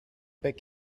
big